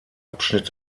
abschnitt